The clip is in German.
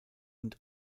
und